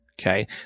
Okay